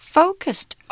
focused